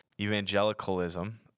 evangelicalism